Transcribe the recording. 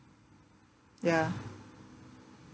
ya